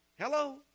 Hello